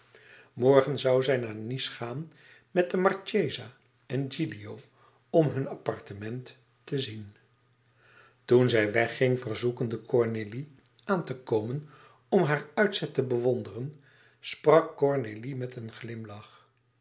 morgen zoû zij naar nice gaan met de marchesa en gilio om hun appartement te zien toen zij wegging verzoekende cornélie aan te komen om haar uitzet te bewonderen sprak cornélie met een glimlach